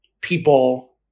people